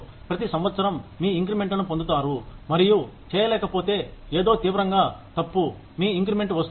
ప్రతి సంవత్సరం మీ ఇంక్రిమెంట్లను పొందుతారు మరియు చేయలేకపోతే ఏదో తీవ్రంగా తప్పు మీ ఇంక్రిమెంట్ వస్తుంది